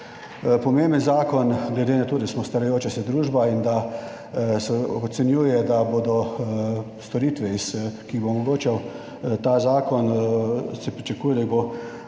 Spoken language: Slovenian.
Pomemben zakon, glede na to, da smo starajoča se družba, in da se ocenjuje, da bodo storitve, ki jih bo omogočal ta zakon, se pričakuje, da